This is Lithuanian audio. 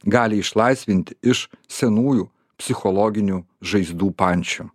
gali išlaisvinti iš senųjų psichologinių žaizdų pančių